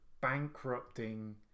bankrupting